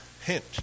hint